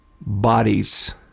bodies